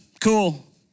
Cool